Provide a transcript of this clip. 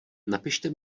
napište